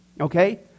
Okay